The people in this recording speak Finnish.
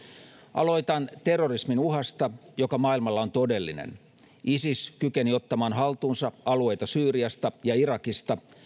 aloitan terrorismin uhasta joka maailmalla on todellinen isis kykeni ottamaan haltuunsa alueita syyriasta ja irakista